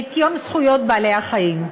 את יום זכויות בעלי-החיים.